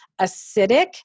acidic